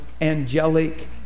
angelic